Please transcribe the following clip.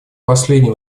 последнее